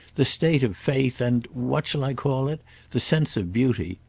the state of faith and what shall i call it the sense of beauty.